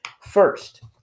First